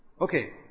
Okay